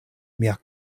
mia